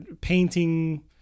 painting